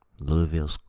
Louisville